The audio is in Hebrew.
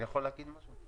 אני יכול להגיד משהו?